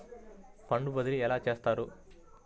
Fund బదిలీ ఎలా చేస్తారు?